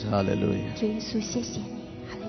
Hallelujah